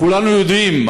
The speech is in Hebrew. כולנו יודעים,